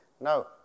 No